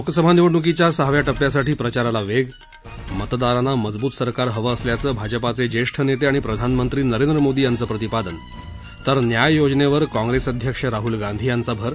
लोकसभा निवडण्कीच्या सहाव्या टप्प्यासाठी प्रचाराला वेग मतदारांना मजबूत सरकार हवं असल्याचं भाजपाचे ज्येष्ठ नेते आणि प्रधानमंत्री नरेंद्र मोदी यांचं प्रतिपादन तर न्याय योजनेवर काँग्रेस अध्यक्ष राहूल गांधी यांचा भर